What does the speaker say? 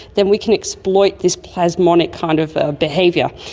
then we can exploit this plasmonic kind of behaviour,